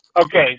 Okay